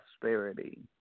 prosperity